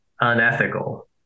unethical